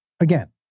Again